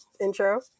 intro